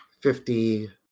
Fifty